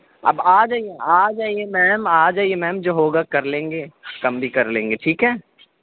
آپ آ جائیے آ جائیے میم آ جائیے میم جو ہوگا کر لیں گے کم بھی کر لیں گے ٹھیک ہے